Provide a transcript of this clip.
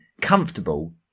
comfortable